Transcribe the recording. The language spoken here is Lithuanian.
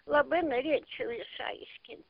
labai norėčiau išsiaiškin